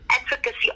advocacy